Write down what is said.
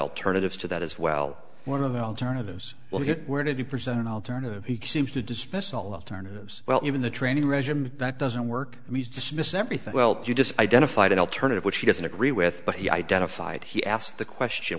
alternatives to that as well one of the alternatives well here were to be present an alternative he seems to dismiss all alternatives well even the training regimen that doesn't work dismiss everything well you just identified an alternative which he doesn't agree with but he identified he asked the question